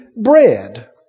bread